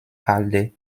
halde